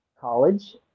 college